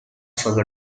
full